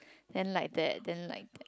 then like that then like